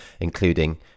including